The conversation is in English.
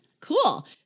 Cool